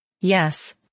Yes